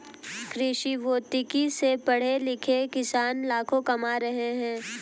कृषिभौतिकी से पढ़े लिखे किसान लाखों कमा रहे हैं